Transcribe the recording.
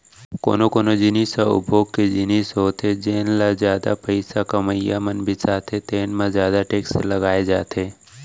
कोनो कोनो जिनिस ह उपभोग के जिनिस होथे जेन ल जादा पइसा कमइया मन बिसाथे तेन म जादा टेक्स लगाए जाथे